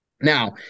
Now